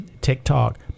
TikTok